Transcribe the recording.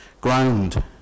ground